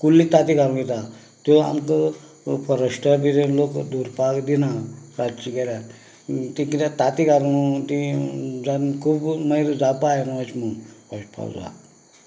कुल्ल्यो तांतीं घालून वयतां त्यो आमकां फोरेस्टाक किदें लोक धरपाक दिना रातची गेल्यार ते किद्याक तांतीं घालून ती जावन खूब मागीर जावपाक जाय नूं अश म्हणून हय पॉज आहा